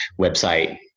website